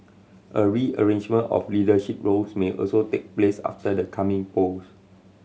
a rearrangement of leadership roles may also take place after the coming polls